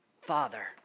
Father